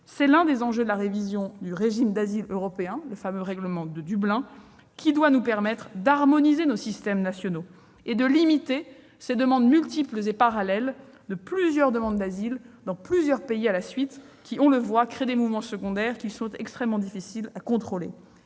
C'est l'un des enjeux de la révision du régime d'asile européen, le fameux règlement de Dublin, qui doit nous permettre d'harmoniser nos systèmes nationaux et de limiter les demandes multiples et parallèles d'asile successivement dans plusieurs pays, qui créent des mouvements secondaires extrêmement difficiles à contrôler.